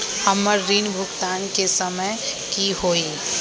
हमर ऋण भुगतान के समय कि होई?